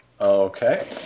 Okay